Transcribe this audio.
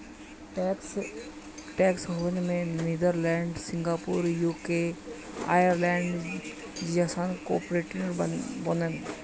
tax haven में Netherlands, Singapore, UK, Ireland जइसन corporate बाने